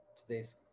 Today's